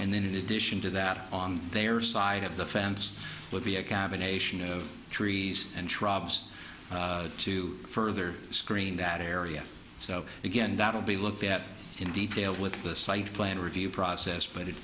and then in addition to that on their side of the fence would be a cabin ation of trees and shrubs to further screening that area so again that will be looked at in detail with the site plan review process but it